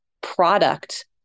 product